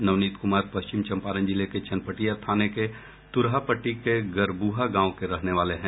नवनीत कुमार पश्चिम चम्पारण जिले के चनपटिया थाने के तुरहापट्टी के गरबूहा गांव के रहने वाले हैं